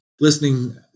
listening